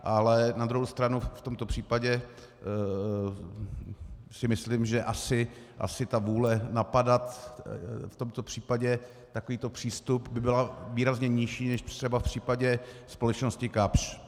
Ale na druhou stranu v tomto případě si myslím, že asi ta vůle napadat v tomto případě takový přístup by byla výrazně nižší než třeba v případě společnosti KAPSCH.